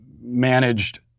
managed